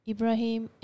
Ibrahim